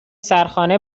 سرخانه